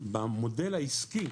המודל העסקי